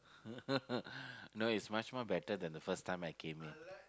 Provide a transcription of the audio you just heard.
no it's much more better than the first time I came in